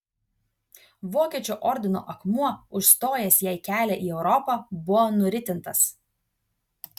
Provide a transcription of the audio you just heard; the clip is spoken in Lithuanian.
vokiečių ordino akmuo užstojęs jai kelią į europą buvo nuritintas